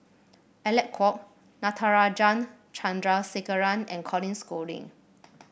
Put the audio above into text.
Alec Kuok Natarajan Chandrasekaran and Colin Schooling